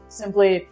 simply